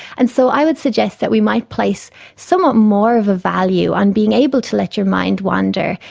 and so i would suggest that we might place somewhat more of a value on being able to let your mind wonder,